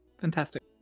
fantastic